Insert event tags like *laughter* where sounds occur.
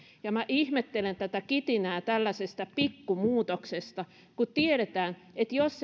ja ihmettelen tätä kitinää tällaisesta pikkumuutoksesta kun tiedetään että jos *unintelligible*